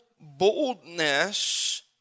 boldness